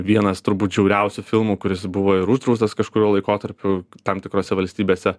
vienas turbūt žiauriausių filmų kuris buvo ir uždraustas kažkuriuo laikotarpiu tam tikrose valstybėse